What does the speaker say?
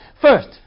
First